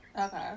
Okay